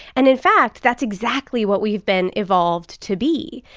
and in fact, that's exactly what we've been evolved to be.